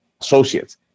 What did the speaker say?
associates